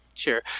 Sure